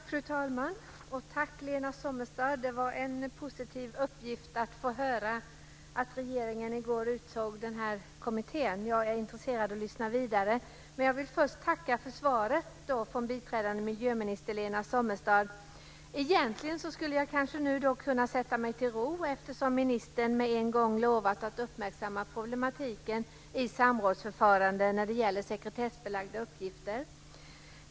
Fru talman! Tack, Lena Sommestad! Det var en positiv uppgift att få höra att regeringen i går utsåg en utredning. Jag är intresserad att lyssna vidare. Jag vill först tacka för svaret från biträdande miljöminister Lena Sommestad. Egentligen skulle jag kanske kunna sätta mig till ro, då ministern med en gång lovar att uppmärksamma problematiken med samrådsförfarandet när det gäller sekretessbelagda uppgifter.